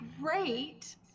great